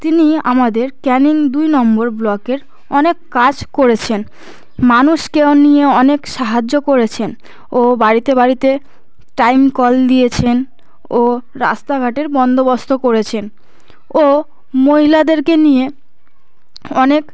তিনি আমাদের ক্যানিং দুই নম্বর ব্লকের অনেক কাজ করেছেন মানুষকেও নিয়ে অনেক সাহায্য করেছেন ও বাড়িতে বাড়িতে টাইম কল দিয়েছেন ও রাস্তাঘাটের বন্দোবস্ত করেছেন ও মহিলাদেরকে নিয়ে অনেক